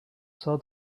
saw